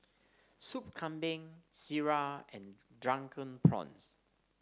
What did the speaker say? Soup Kambing Sireh and Drunken Prawns